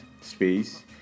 space